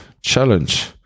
challenge